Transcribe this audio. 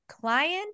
Client